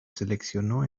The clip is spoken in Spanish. seleccionó